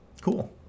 cool